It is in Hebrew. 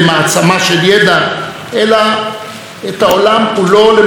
אלא את העולם כולו למקום טוב יותר.